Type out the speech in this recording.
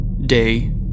day